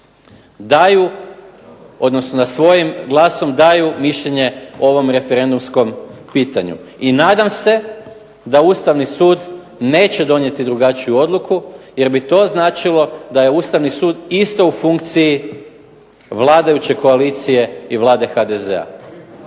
daju, odnosno da svojim glasom daju mišljenje ovom referendumskom pitanju. I nadam se da Ustavni sud neće donijeti drugačiju odluku, jer bi to značilo da je Ustavni sud isto u funkciji vladajuće koalicije i Vlade HDZ-a.